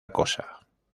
cosa